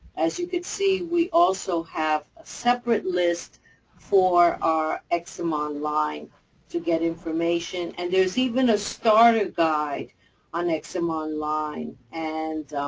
as you can see, we also have a separate list for our ex-im online to get information. and there's even a starter guide on ex-im online. and,